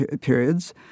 periods